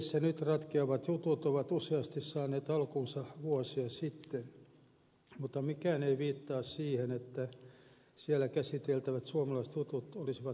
eitssä nyt ratkeavat jutut ovat useasti saaneet alkunsa vuosia sitten mutta mikään ei viittaa siihen että siellä käsiteltävät suomalaiset jutut olisivat vähenemään päin